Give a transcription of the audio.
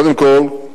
קודם כול,